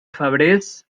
febrers